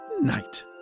night